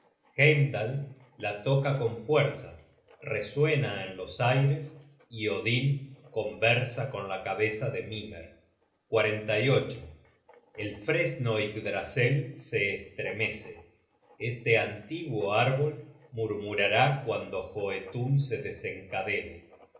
heimdal la toca con fuerza resuena en los aires y odin conversa con la cabeza de mimer el fresno yggdrasel se estremece este antiguo árbol murmurará cuando joetun se desencadene